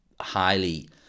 highly